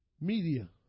media